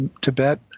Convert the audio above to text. Tibet